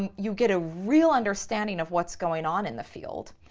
um you get a real understanding of what's going on in the field.